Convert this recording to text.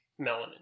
melanin